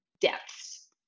depths